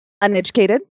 uneducated